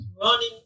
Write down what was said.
running